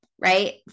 right